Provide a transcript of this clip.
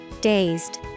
Dazed